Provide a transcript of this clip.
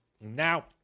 Now